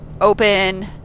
open